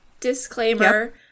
disclaimer